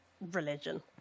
Religion